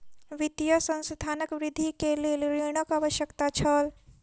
वित्तीय संस्थानक वृद्धि के लेल ऋणक आवश्यकता छल